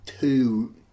two